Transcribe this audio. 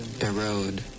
Erode